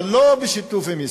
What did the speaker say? אבל לא בשיתוף עם ישראל,